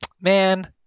man